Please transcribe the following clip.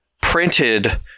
printed